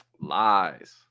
lies